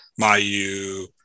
Mayu